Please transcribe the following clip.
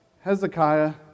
Hezekiah